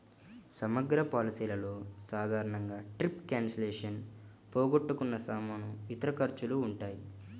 సమగ్ర పాలసీలలో సాధారణంగా ట్రిప్ క్యాన్సిలేషన్, పోగొట్టుకున్న సామాను, ఇతర ఖర్చులు ఉంటాయి